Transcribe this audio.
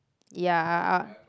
ya